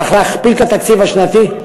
צריך להכפיל את התקציב השנתי.